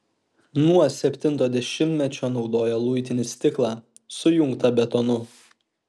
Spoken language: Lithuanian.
nuo septinto dešimtmečio naudoja luitinį stiklą sujungtą betonu